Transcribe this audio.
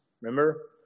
Remember